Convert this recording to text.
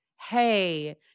Hey